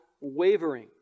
wavering